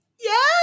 yes